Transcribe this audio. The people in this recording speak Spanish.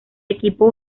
equipo